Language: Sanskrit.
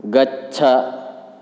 गच्छ